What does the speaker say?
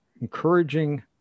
encouraging